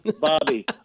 Bobby